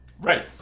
Right